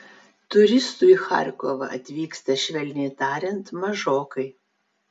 turistų į charkovą atvyksta švelniai tariant mažokai